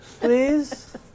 please